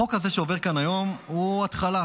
החוק הזה שעובר כאן היום הוא התחלה,